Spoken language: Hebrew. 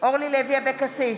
אורלי לוי אבקסיס,